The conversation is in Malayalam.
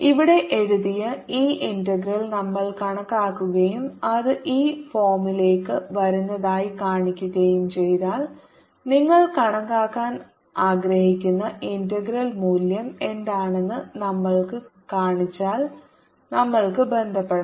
ഇവിടെ എഴുതിയ ഈ ഇന്റഗ്രൽ നമ്മൾ കണക്കാക്കുകയും അത് ഈ ഫോമിലേക്ക് വരുന്നതായി കാണിക്കുകയും ചെയ്താൽ നിങ്ങൾ കണക്കാക്കാൻ ആഗ്രഹിക്കുന്ന ഇന്റഗ്രൽ മൂല്യം എന്താണെന്ന് നമ്മൾക്ക് കാണിച്ചാൽ നമ്മൾക്ക് ബന്ധപ്പെടാം